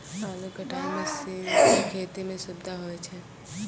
आलू कटाई मसीन सें खेती म सुबिधा होय छै